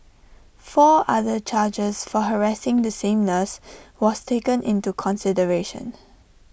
four other charges for harassing the same nurse was taken into consideration